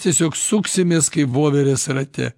tiesiog suksimės kaip voverės rate